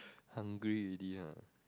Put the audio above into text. hungry already ah